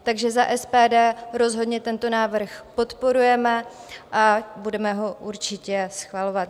Takže za SPD rozhodně tento návrh podporujeme a budeme ho určitě schvalovat.